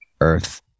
earth